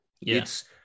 yes